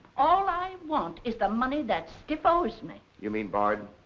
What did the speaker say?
all i want is the money that stiff owes me. you mean bard?